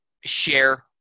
share